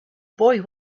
boy